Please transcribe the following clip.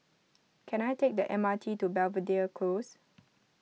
can I take the M R T to Belvedere Close